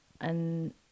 and-